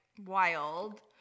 wild